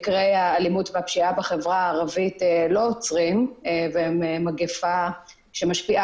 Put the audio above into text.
מקרי האלימות והפשיעה בחברה הערבית לא עוצרים והם מגיפה שמשפיעה